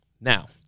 Now